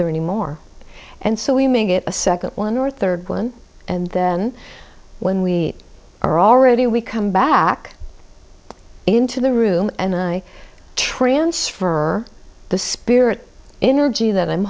there any more and so we may get a second one or third one and then when we are already we come back into the room and i transfer the spirit energy that i'm